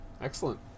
Excellent